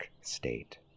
state